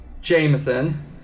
Jameson